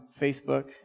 Facebook